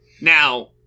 Now